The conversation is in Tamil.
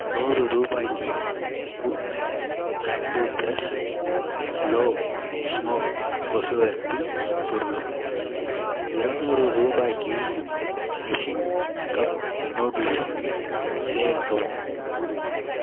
நூறு ரூபாய்க்கி good knight active plus low smoke கொசுவர்த்தி சுருளும் இரநூறு ரூபாய்க்கு நிஸின் கப் நூடுல்ஸும் சேர்க்கவும்